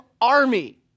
army